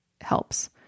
helps